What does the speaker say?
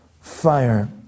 fire